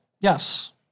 Yes